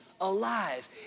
alive